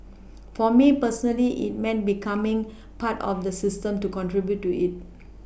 for me personally it meant becoming part of the system to contribute to it